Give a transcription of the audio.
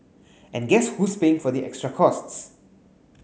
and guess who's paying for the extra costs